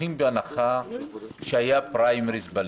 בהנחה שהיה פריימריז בליכוד,